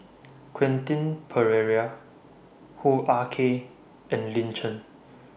Quentin Pereira Hoo Ah Kay and Lin Chen